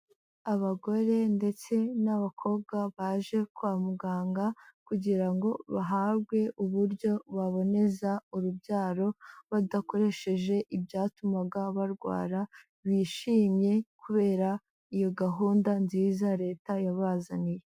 Abagore ndetse n'abakobwa baje kwa muganga kugira ngo bahabwe uburyo baboneza urubyaro, badakoresheje ibyatumaga barwara, bishimye kubera iyo gahunda nziza leta yabazaniye.